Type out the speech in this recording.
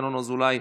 ינון אזולאי,